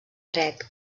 dret